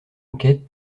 enquête